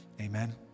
Amen